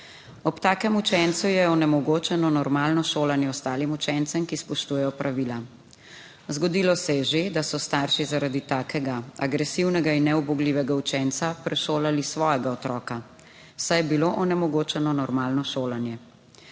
Ob takem učencu je onemogočeno normalno šolanje ostalim učencem, ki spoštujejo pravila. Zgodilo se je že, da so starši zaradi takega agresivnega in neubogljivega učenca prešolali svojega otroka, saj je bilo onemogočeno normalno šolanje.